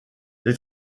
les